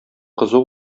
кызу